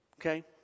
Okay